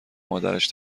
مادرش